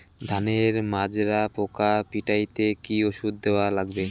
ধানের মাজরা পোকা পিটাইতে কি ওষুধ দেওয়া লাগবে?